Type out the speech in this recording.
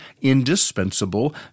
indispensable